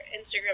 Instagram